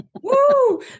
woo